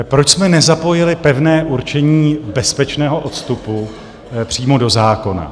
Proč jsme nezapojili pevné určení bezpečného odstupu přímo do zákona?